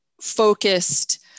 focused